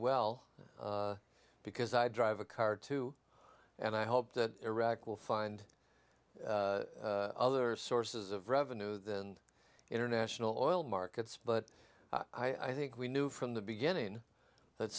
well because i drive a car too and i hope that iraq will find other sources of revenue than international oil markets but i think we knew from the beginning